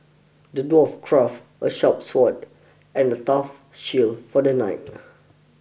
the dwarf crafted a sharp sword and a tough shield for the knight